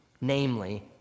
Namely